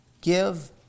give